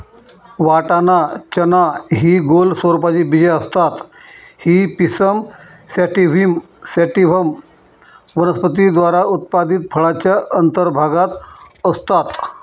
वाटाणा, चना हि गोल स्वरूपाची बीजे असतात ही पिसम सॅटिव्हम वनस्पती द्वारा उत्पादित फळाच्या अंतर्भागात असतात